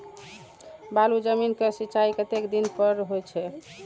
बालू जमीन क सीचाई कतेक दिन पर हो छे?